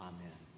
Amen